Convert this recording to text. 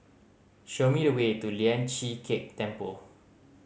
show me the way to Lian Chee Kek Temple